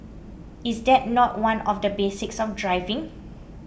is that not one of the basics of driving